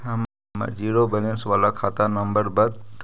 हमर zero balance बाला खाता नम्बर बत?